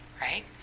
Right